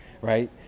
right